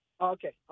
Okay